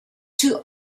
two